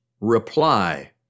reply